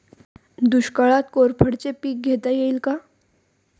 दुष्काळात कोरफडचे पीक घेता येईल का?